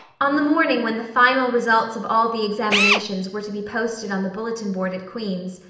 on the morning when the final results of all the examinations were to be posted on the bulletin board at queen's,